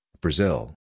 Brazil